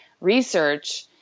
research